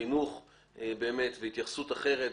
חינוך והתייחסות אחרת,